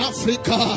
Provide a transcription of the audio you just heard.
Africa